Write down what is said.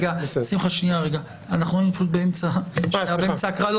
היינו באמצע ההקראה.